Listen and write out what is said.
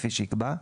כפי שיקבע,